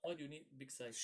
why do you need big size